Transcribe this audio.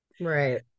Right